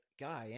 guy